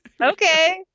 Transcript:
Okay